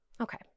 Okay